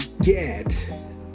get